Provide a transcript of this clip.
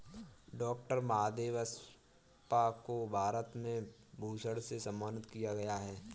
doctor Mahadevappa को भारत में पद्म भूषण से सम्मानित किया गया है